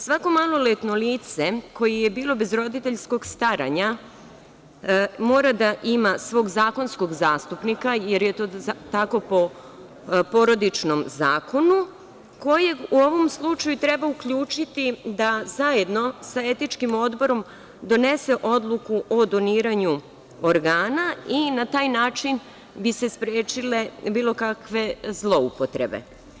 Svako maloletno lice koje je bilo bez roditeljskog staranja mora da ima svog zakonskog zastupnika, jer je to tako po Porodičnom zakonu, kojeg bi u ovom slučaju trebalo uključiti da zajedno sa etičkim odborom, donese odluku o doniranju organa i na taj način bi se sprečile bilo kakve zloupotrebe.